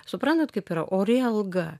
suprantat kaip yra ori alga